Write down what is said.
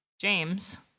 James